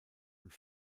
und